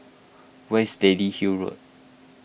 where's Lady Hill Road